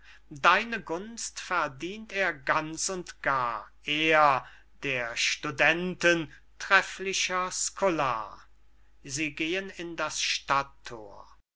deine gunst verdient er ganz und gar er der studenten trefflicher scolar sie gehen in das stadt thor